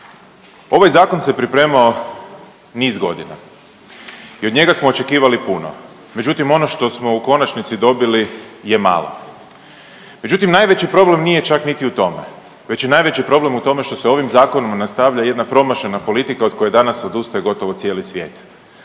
Ovaj zakon se pripremao niz godina i od njega smo očekivali puno, međutim ono što smo u konačnici dobili je malo. Međutim, najveći problem nije čak niti u tome već je najveći problem u tome što se ovim zakonom nastavlja jedna promašena politika od koje danas odustaje gotovo cijeli svijet,